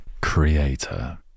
creator